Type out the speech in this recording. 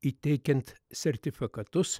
įteikiant sertifikatus